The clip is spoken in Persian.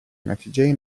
نتیجه